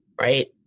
right